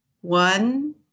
one